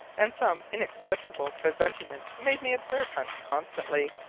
and some inexplicable presentiment made me observe hunt constantly,